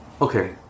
Okay